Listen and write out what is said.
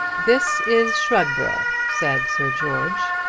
this is shugborough, said sir george,